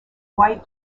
white